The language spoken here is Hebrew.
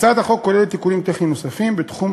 הצעת החוק כוללת תיקונים טכניים נוספים בתחום